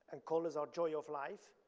and colors are joy of life,